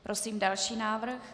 Prosím další návrh.